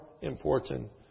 important